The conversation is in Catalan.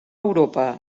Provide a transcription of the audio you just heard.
europa